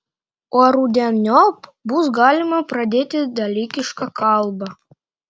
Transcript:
o rudeniop bus galima pradėti dalykišką kalbą